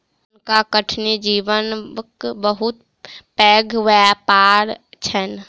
हुनका कठिनी जीवक बहुत पैघ व्यापार छैन